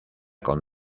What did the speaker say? con